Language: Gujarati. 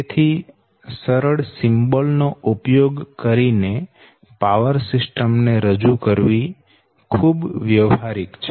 તેથી સરળ સિમ્બોલ નો ઉપયોગ કરીને પાવર સિસ્ટમ ને રજુ કરવી ખૂબ વ્યવહારિક છે